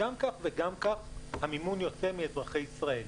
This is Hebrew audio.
גם כך וגם כך המימון יוצא מאזרחי ישראל,